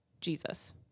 Jesus